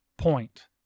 point